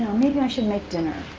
maybe i should make dinner.